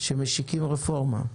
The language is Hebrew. שמשיקים רפורמה.